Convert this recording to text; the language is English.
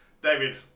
David